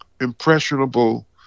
impressionable